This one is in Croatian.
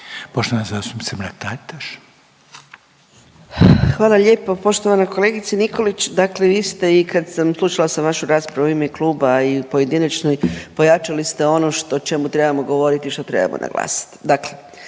**Mrak-Taritaš, Anka (GLAS)** Hvala lijepo poštovana kolegice Nikolić. Dakle vi ste i kad sam, slušala sam vašu raspravu u ime Kluba i pojedinačnoj, pojačali ste ono o čemu trebamo govoriti što trebamo naglasiti. Dakle,